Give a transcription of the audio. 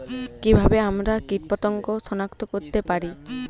কিভাবে আমরা কীটপতঙ্গ সনাক্ত করতে পারি?